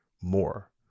more